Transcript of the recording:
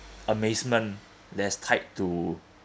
amazement that's tied to